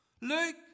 Luke